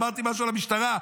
אמרתי משהו על משטרה,